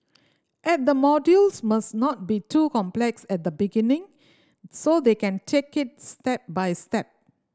and the modules must not be too complex at the beginning so they can take it step by step